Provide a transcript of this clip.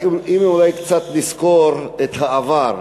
אולי נסקור קצת את העבר,